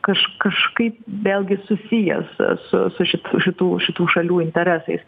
kaž kažkaip vėlgi susijęs su su šit šitų šitų šalių interesais